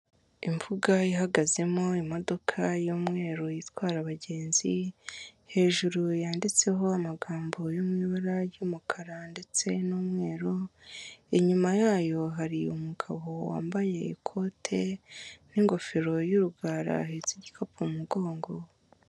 Imbuga ihagazemo imodoka y'umweru itwara abagenzi, hejuru yanditseho amagambo yo mu ibara ry'umukara ndetse n'umweru. Inyuma yayo hari umugabo wambaye ikote n'ingofero y'urugara, ahetse igikapu mu mugongo.